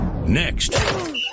Next